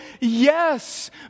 Yes